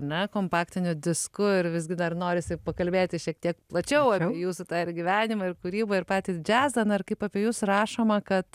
na kompaktiniu disku ir visgi dar norisi pakalbėti šiek tiek plačiau apie jūsų tą ir gyvenimą ir kūrybą ir patį džiazą na ir kaip apie jus rašoma kad